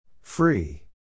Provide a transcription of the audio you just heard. Free